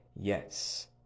Yes